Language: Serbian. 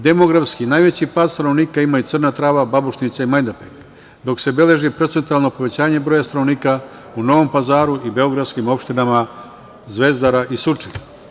Demografski, najveći pad stanovnika ima Crna Trava, Babušnica i Majdanpek, dok se beleži procentualno povećanje stanovnika u Novom Pazaru i beogradskim opštinama Zvezdara i Surčin.